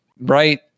right